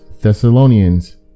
Thessalonians